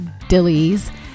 dillies